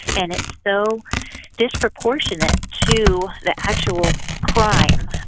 and it's so disproportionate to the actual crime.